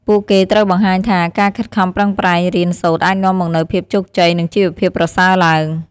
ពួកគេត្រូវបង្ហាញថា ការខិតខំប្រឹងប្រែងរៀនសូត្រអាចនាំមកនូវភាពជោគជ័យ និងជីវភាពប្រសើរឡើង។